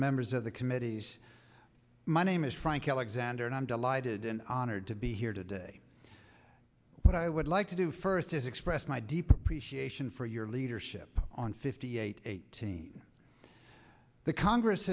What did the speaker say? members of the committees my name is frank alexander and i'm delighted and honored to be here today what i would like to do first is express my deep appreciation for your leadership on fifty eight eighteen the congress